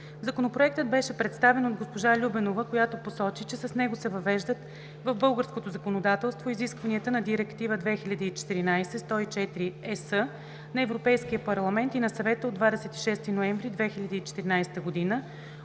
Законопроектът беше представен от госпожа Любенова, която посочи, че с него се въвеждат в българското законодателство изискванията на Директива 2014/104/ЕС на Европейския парламент и на Съвета от 26 ноември 2014 г.